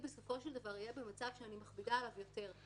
בסופו של דבר אני אהיה במצב שאני מכבידה עליו יותר.